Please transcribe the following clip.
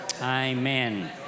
Amen